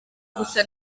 gusa